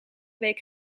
week